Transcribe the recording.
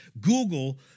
Google